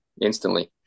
instantly